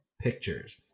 pictures